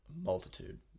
Multitude